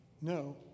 No